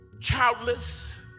childless